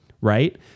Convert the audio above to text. right